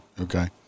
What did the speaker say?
okay